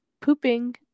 Pooping